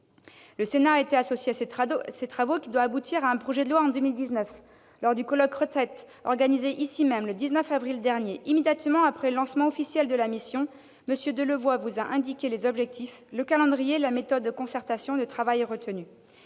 Le Sénat a été associé à ces travaux, qui doivent aboutir à la présentation d'un projet de loi en 2019. Lors du colloque sur l'avenir des retraites organisé ici même le 19 avril dernier, immédiatement après le lancement officiel de la mission, M. Delevoye vous a indiqué les objectifs, le calendrier et la méthode de concertation et de travail retenus.